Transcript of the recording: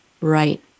Right